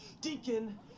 Deacon